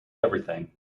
everything